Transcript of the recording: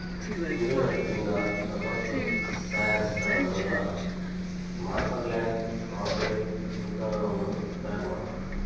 ನಿಂಬೆ ರಸದಿಂದ ಷರಬತ್ತು ತಯಾರಿಸ್ತಾರಲ್ಲದ ಮಾರ್ಮಲೆಂಡ್, ಕಾರ್ಡಿಯಲ್ ಮುಂತಾದವನ್ನೂ ತಯಾರ್ ಮಾಡ್ತಾರ